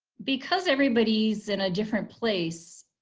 because everybody's in a different place,